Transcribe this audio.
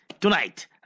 Tonight